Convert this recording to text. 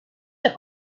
der